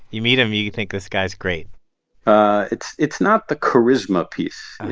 you meet him. you you think, this guy's great ah it's it's not the charisma piece.